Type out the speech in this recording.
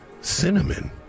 Cinnamon